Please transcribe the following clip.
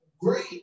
great